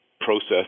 process